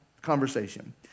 conversation